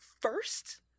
first